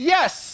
Yes